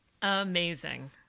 Amazing